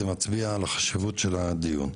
זה מצביע על החשיבות של הדיון.